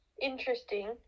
interesting